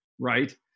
Right